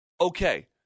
Okay